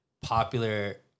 popular